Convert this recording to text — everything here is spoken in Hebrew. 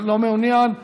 לא מעוניין,